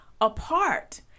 apart